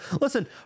Listen